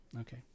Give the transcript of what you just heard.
Okay